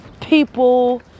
people